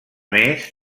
més